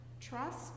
Trust